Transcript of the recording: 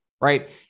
right